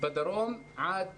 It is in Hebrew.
בדרום עד